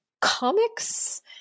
comics